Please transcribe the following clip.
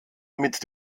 mit